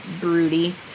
broody